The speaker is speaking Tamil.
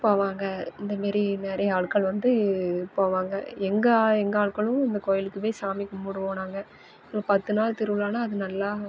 போவாங்க இந்த மாரி நிறைய ஆள்கள் வந்து போவாங்க எங்கள் எங்கள் ஆள்களும் இந்த கோயிலுக்கு போய் சாமி கும்பிடுவோம் நாங்கள் இங்கே பத்து நாள் திருவிழான்னா அது நல்லா